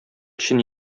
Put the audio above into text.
өчен